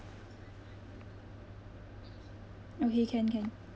okay can can